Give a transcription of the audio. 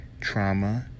trauma